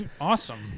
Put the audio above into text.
Awesome